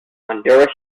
honduras